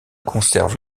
conservent